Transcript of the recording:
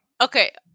Okay